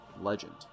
Legend